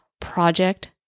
project